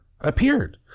appeared